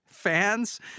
fans